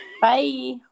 Bye